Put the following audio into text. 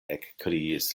ekkriis